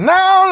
Now